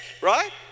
right